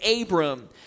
Abram